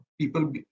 people